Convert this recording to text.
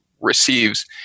receives